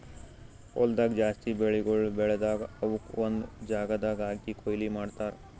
ಹೊಲ್ದಾಗ್ ಜಾಸ್ತಿ ಬೆಳಿಗೊಳ್ ಬೆಳದಾಗ್ ಅವುಕ್ ಒಂದು ಜಾಗದಾಗ್ ಹಾಕಿ ಕೊಯ್ಲಿ ಮಾಡ್ತಾರ್